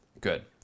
Good